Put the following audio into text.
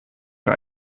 für